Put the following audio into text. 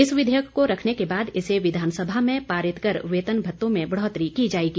इस विधेयक को रखने के बाद इसे विधानसभा में पारित कर वेतन भत्तों में बढ़ोतरी की जाएगी